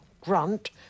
grunt